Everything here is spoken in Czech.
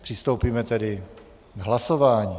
Přistoupíme tedy k hlasování.